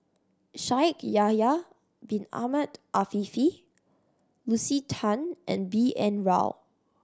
Shaikh Yahya Bin Ahmed Afifi Lucy Tan and B N Rao